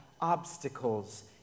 obstacles